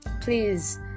please